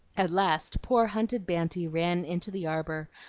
at last poor, hunted banty ran into the arbor,